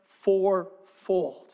fourfold